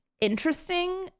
interesting